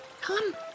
Come